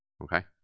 Okay